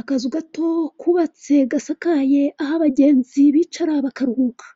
akazu gato kubatse gasakaye aho abagenzi bicara bakaruhuka.